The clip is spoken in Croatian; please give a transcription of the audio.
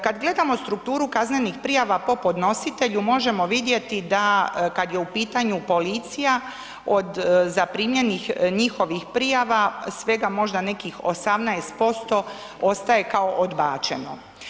Kad gledamo strukturu kaznenih prijava po podnositelju možemo vidjeti da kad je u pitanju policija od zaprimljenih njihovih prijava svega možda nekih 18% ostaje kao odbačeno.